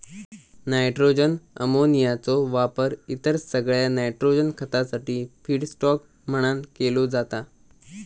nitrogen अमोनियाचो वापर इतर सगळ्या नायट्रोजन खतासाठी फीडस्टॉक म्हणान केलो जाता